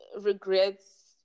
regrets